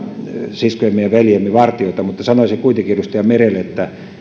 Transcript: siskojemme ja veljiemme vartijoita mutta sanoisin kuitenkin edustaja merelle